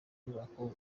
nyubako